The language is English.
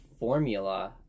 formula